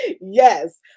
Yes